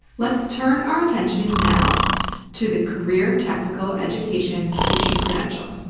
let's turn our attention now to the career technical education teaching credential.